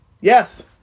Yes